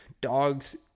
dogs